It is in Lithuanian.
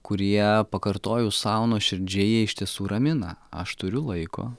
kurie pakartoju sau nuoširdžiai jie iš tiesų ramina aš turiu laiko